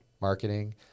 marketing